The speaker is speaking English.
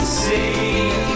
see